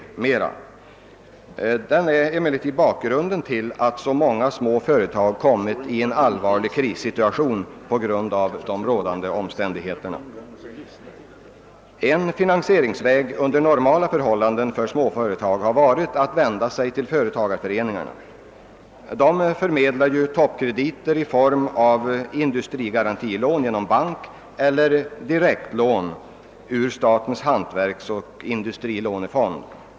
Läget på kreditmarknaden är emellertid bakgrunden till att så många små företag har kommit i en allvarlig krissituation. En finansieringsväg under normala förhållanden för småföretag har varit att vända sig till företagareföreningar. Dessa förmedlar ju toppkrediter i form av industrigarantilån genom en bank eller direktlån ur statens hantverksoch industrilånefond.